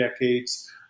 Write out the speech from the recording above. decades